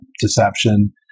deception